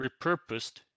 repurposed